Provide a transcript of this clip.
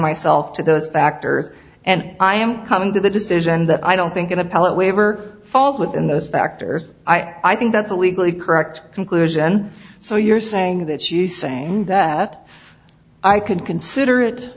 myself to those factors and i am coming to the decision that i don't think an appellate waiver falls within those factors i think that's a legally correct conclusion so you're saying that she's saying that i could consider it